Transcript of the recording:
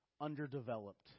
underdeveloped